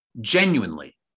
genuinely